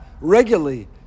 regularly